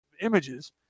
images